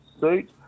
suit